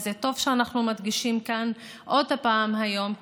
וזה טוב שאנחנו מדגישים כאן עוד פעם היום,